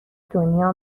دنیا